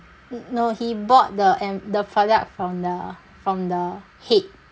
no he bought the M~ the product from the from the head